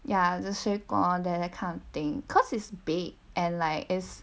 ya just 水果 that that kind of thing cause it's big and like is